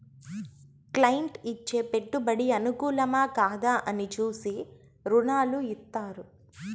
client ఇచ్చే పెట్టుబడి అనుకూలమా, కాదా అని చూసి రుణాలు ఇత్తారు